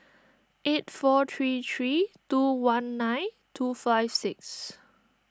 eight four three three two one nine two five six